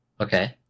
okay